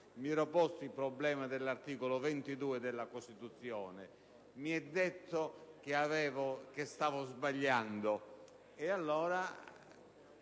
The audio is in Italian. mi ero posto il problema dell'articolo 25 della Costituzione. Mi è stato detto che stavo sbagliando e allora